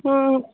ହୁଁ